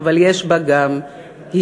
אבל יש בה גם הזדמנות.